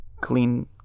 clean